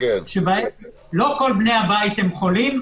שבהן לא כל בני הבית חולים,